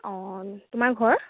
অ তোমাৰ ঘৰ